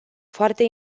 foarte